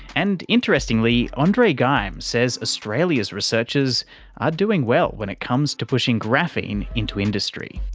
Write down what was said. and, interestingly, andre geim says australia's researchers are doing well when it comes to pushing graphene into industry.